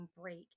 break